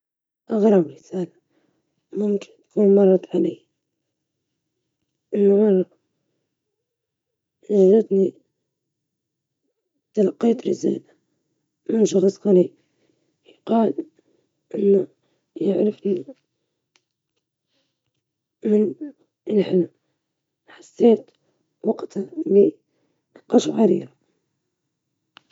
ذات مرة تاهت سيارتي في مدينة جديدة ولم أتمكن من العودة إلى الفندق بسهولة، مما أدى إلى تجربة مثيرة واستكشاف جانب مختلف من المدينة.